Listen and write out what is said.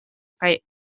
kaj